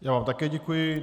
Já vám také děkuji.